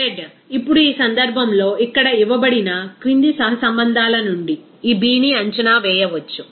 z ఇప్పుడు ఈ సందర్భంలో ఇక్కడ ఇవ్వబడిన క్రింది సహసంబంధాల నుండి ఈ B ని అంచనా వేయవచ్చు